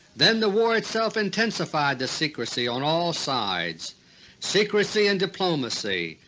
then the war itself intensified the secrecy on all sides secrecy in diplomacy,